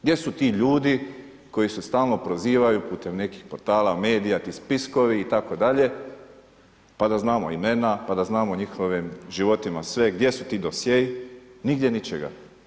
Gdje su ti ljudi koji se stalno prozivaju putem nekih portala, medija, ti spiskovi itd. pa da znamo imena, pa da znamo o njihovim životima sve, gdje su ti dosjei, nigdje ničega.